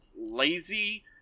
lazy